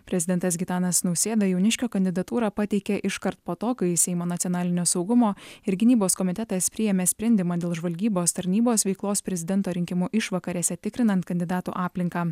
prezidentas gitanas nausėda jauniškio kandidatūrą pateikė iškart po to kai seimo nacionalinio saugumo ir gynybos komitetas priėmė sprendimą dėl žvalgybos tarnybos veiklos prezidento rinkimų išvakarėse tikrinant kandidatų aplinką